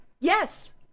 Yes